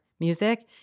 music